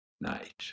night